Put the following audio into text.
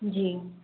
जी